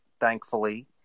thankfully